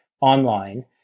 online